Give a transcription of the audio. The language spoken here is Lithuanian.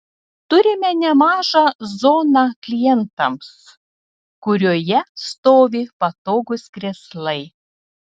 turime nemažą zoną klientams kurioje stovi patogūs krėslai